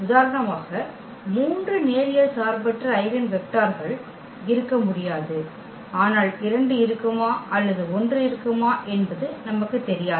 உதாரணமாக மூன்று நேரியல் சார்பற்ற ஐகென் வெக்டர்கள் இருக்க முடியாது ஆனால் 2 இருக்குமா அல்லது 1 இருக்குமா என்பது நமக்குத் தெரியாது